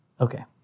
okay